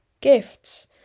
gifts